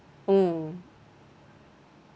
mm